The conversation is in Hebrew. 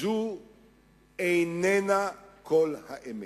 זו איננה כל האמת.